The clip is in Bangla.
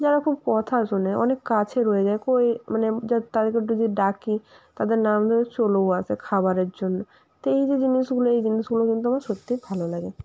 যারা খুব কথা শোনে অনেক কাছের হয়ে যায় কই মানে যা তাদেরকে একটু যদি ডাকি তাদের নাম ধরে চলেও আসে খাবারের জন্য তো এই যে জিনিসগুলো এই জিনিসগুলো কিন্তু আমার সত্যিই ভালো লাগে